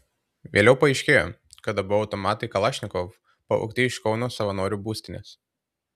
vėliau paaiškėjo kad abu automatai kalašnikov pavogti iš kauno savanorių būstinės